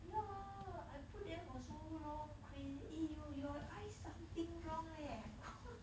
ya I put there for so long craz~ eh you your eyes something wrong leh !wah!